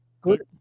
Good